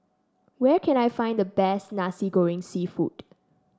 where can I find the best Nasi Goreng seafood